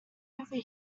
over